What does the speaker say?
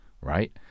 Right